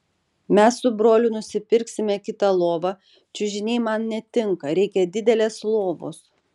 mes su broliu nusipirksime kitą lovą čiužiniai man netinka reikia didelės lovos